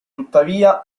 tuttavia